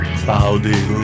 cloudy